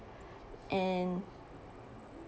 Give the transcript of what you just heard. and